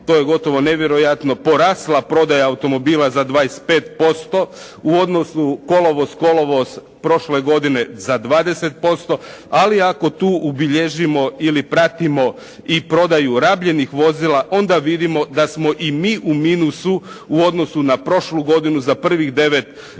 to je gotovo nevjerojatno porasla prodaja automobila za 25% u odnosu kolovoz, kolovoz prošle godine za 20%, ali ako tu ubilježimo ili pratimo i prodaju rabljenih vozila, onda vidimo da smo i mi u minusu u odnosu na prošlu godinu za prvih devet mjeseci